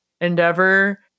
endeavor